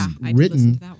written